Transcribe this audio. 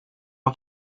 har